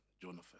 Jonathan